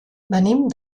venim